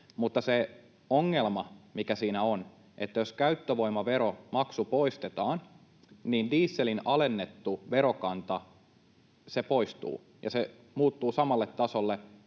Mutta se ongelma, mikä siinä on, jos käyttövoimaveromaksu poistetaan, on se, että dieselin alennettu verokanta poistuu ja muuttuu samalle tasolle,